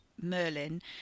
Merlin